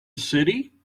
city